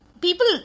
people